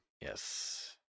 Yes